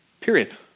Period